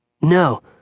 No